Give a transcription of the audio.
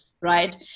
right